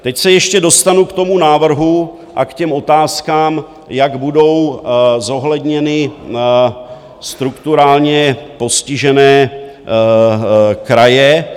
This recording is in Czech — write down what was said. Teď se ještě dostanu k tomu návrhu a k těm otázkám, jak budou zohledněny strukturálně postižené kraje.